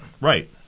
Right